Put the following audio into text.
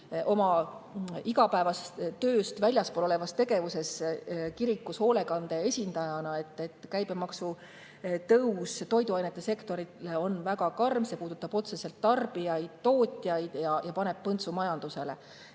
oma igapäevase töö tõttu väljaspool [Riigikogu] tegevust, olles kirikus hoolekande esindaja. Käibemaksu tõus toiduainesektoris on väga karm, see puudutab otseselt tarbijaid, tootjaid ja paneb põntsu majandusele.